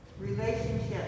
Relationship